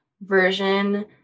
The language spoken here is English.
version